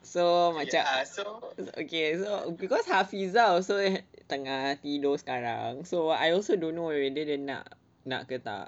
so macam okay so because hafizah also tengah tidur sekarang so I also don't know whether dia nak ke tak